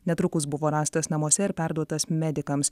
netrukus buvo rastas namuose ir perduotas medikams